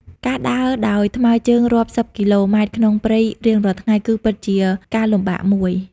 ការដើរដោយថ្មើរជើងរាប់សិបគីឡូម៉ែត្រក្នុងព្រៃរៀងរាល់ថ្ងៃ គឺពិតជាការលំបាកមួយ។